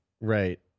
Right